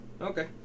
Okay